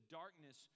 darkness